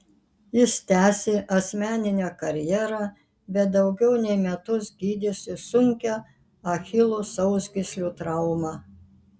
jis tęsė asmeninę karjerą bet daugiau nei metus gydėsi sunkią achilo sausgyslių traumą